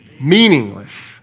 Meaningless